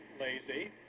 Lazy